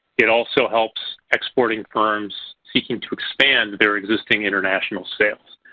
it also helps exporting firms seeking to expand their existing international sales.